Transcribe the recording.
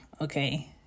Okay